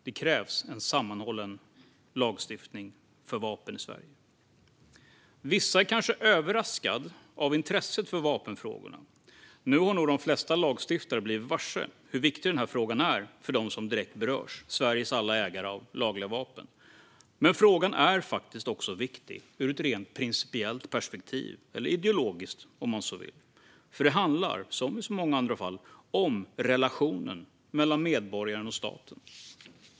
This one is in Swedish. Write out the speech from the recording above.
Det krävs en sammanhållen lagstiftning för vapen i Sverige. Vissa är kanske överraskade av intresset för vapenfrågorna. Nu har nog de flesta lagstiftare blivit varse hur viktig frågan är för dem som direkt berörs, Sveriges alla ägare av lagliga vapen. Men frågan är faktiskt också viktig ur ett rent principiellt perspektiv - eller ideologiskt, om man så vill. Den handlar nämligen, som i så många andra fall, om relationen mellan medborgaren och staten.